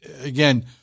again